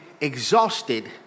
Exhausted